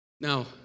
Now